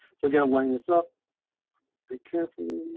so again line this up pretty carefully.